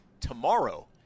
tomorrow